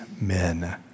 men